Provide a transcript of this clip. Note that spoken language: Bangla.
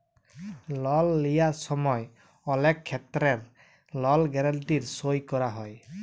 লল লিঁয়ার সময় অলেক খেত্তেরে লল গ্যারেলটি সই ক্যরা হয়